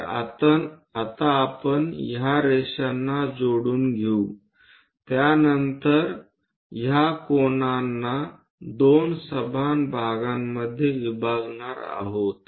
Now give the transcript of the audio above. तर आता आपण ह्या रेषांना जोडून देऊ त्यानंतर ह्या कोनांना 2 समान भागांमध्ये विभागणार आहोत